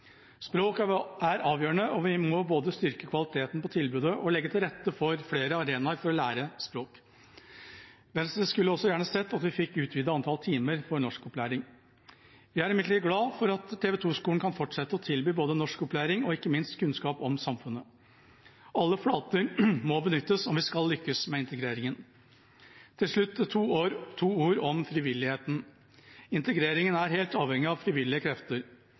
Språk er avgjørende, og vi må både styrke kvaliteten på tilbudet og legge til rette for flere arenaer for å lære språk. Venstre skulle også gjerne ha sett at vi fikk utvidet antall timer for norskopplæring. Vi er imidlertid glad for at TV 2 Skole kan fortsette å tilby både norskopplæring og ikke minst kunnskap om samfunnet. Alle flater må benyttes om vi skal lykkes med integreringen. Til slutt to ord om frivilligheten. Integreringen er helt avhengig av frivillige krefter.